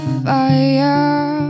fire